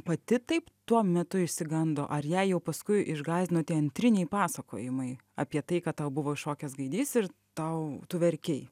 pati taip tuo metu išsigando ar ją jau paskui išgąsdino tie antriniai pasakojimai apie tai kad tau buvo užšokęs gaidys ir tau tu verkei